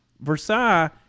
Versailles